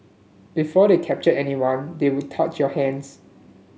before they captured anyone they would touch your hands